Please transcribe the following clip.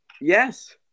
Yes